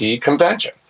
convention